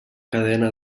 cadena